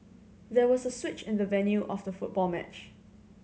there was a switch in the venue of the football match